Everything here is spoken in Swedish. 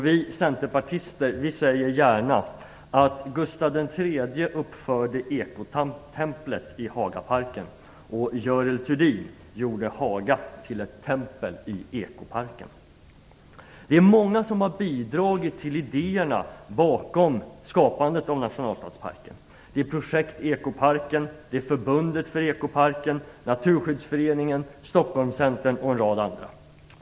Vi centerpartister säger gärna att Gustav III uppförde Haga till ett tempel i ekoparken. Det är många som har bidragit till idéerna bakom skapandet av nationalstadsparken. Det är Projekt Naturskyddsföreningen, Stockholmscentern och en rad andra.